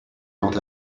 not